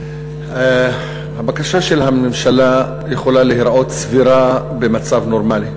הבקשה של הממשלה יכולה להיראות סבירה במצב נורמלי,